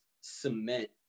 cement